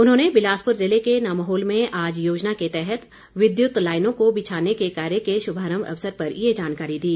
उन्होंने बिलासपुर ज़िले के नम्होल में आज योजना के तहत विद्युत लाइनों को बिछाने के कार्य के शुभारम्म अवसर पर ये जानकारी दी